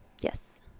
Yes